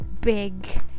big